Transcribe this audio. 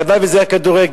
הלוואי שזה היה כדורגל.